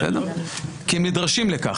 כי הם נדרשים לכך.